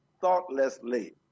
thoughtlessly